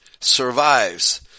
survives